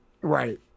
right